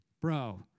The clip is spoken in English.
bro